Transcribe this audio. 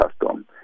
custom